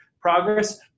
progress